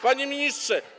Panie Ministrze!